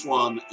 one